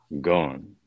gone